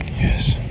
Yes